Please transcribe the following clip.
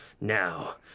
Now